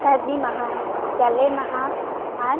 ᱥᱟᱹᱨᱫᱤ ᱢᱟᱦᱟ ᱡᱟᱞᱮ ᱢᱟᱦᱟ ᱟᱨ